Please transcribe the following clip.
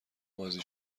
بازی